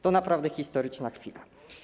To naprawdę historyczna chwila.